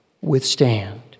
withstand